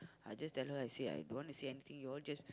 I just tell her I say I don't want to say anything you all just